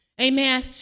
Amen